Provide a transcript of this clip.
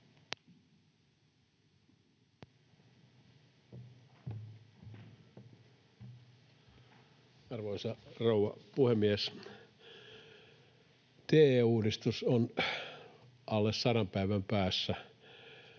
Arvoisa rouva puhemies! TE-uudistus on alle sadan päivän päässä